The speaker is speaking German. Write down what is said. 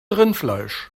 rindfleisch